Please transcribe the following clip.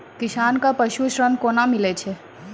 किसान कऽ पसु ऋण कोना मिलै छै?